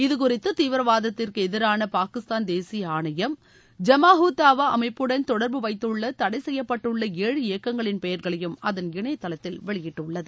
இதுகுறித்து தீவிரவாதத்திற்கு எதிரான பாகிஸ்தான் தேசிய ஆணையம் ஜமாவுத் தாவா அமைப்புடன் தொடா்பு வைத்துள்ள தடைசெய்யப்பட்டுள்ள ஏழு இயக்கங்களின் பெயர்களையும் அதன் இணையதளத்தில் வெளியிட்டுள்ளது